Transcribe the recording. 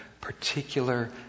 particular